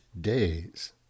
days